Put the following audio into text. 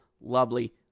Lovely